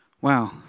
wow